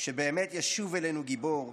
שבאמת ישוב אלינו גיבור,